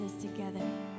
together